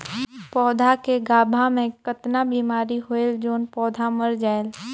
पौधा के गाभा मै कतना बिमारी होयल जोन पौधा मर जायेल?